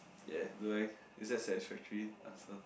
ya do I is that satisfactory answer